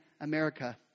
America